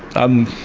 i'm.